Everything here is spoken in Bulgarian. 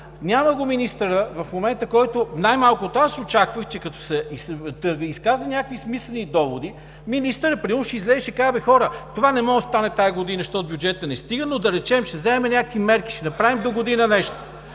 Няма го министъра. В момента, в който, най-малкото очаквах, че като се изкажат някакви смислени доводи, министърът примерно ще излезе и ще каже: „Хора, това не може да стане тази година, защото бюджетът не стига, но да речем, ще вземем някакви мерки, ще направим догодина нещо.